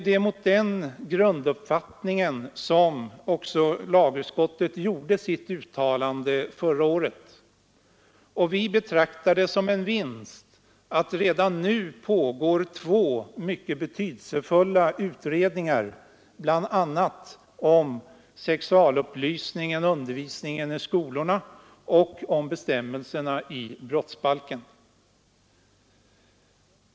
Det är utifrån den grunduppfattningen som lagutskottet gjorde sitt uttalande förra året, och vi betraktar det som en vinst att det redan nu pågår två mycket betydelsefulla utredningar, bl.a. om sexualupplysningen och undervisningen i skolorna och om bestämmelserna i brottsbalken.